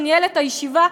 שניהל את הישיבה,